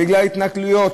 בגלל התנכלויות,